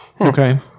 Okay